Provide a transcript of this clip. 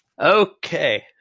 Okay